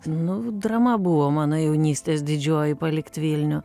nu drama buvo mano jaunystės didžioji palikt vilnių